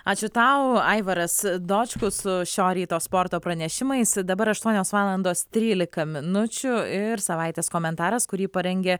ačiū tau aivaras dočkus su šio ryto sporto pranešimais dabar aštuonios valandos trylika minučių ir savaitės komentaras kurį parengė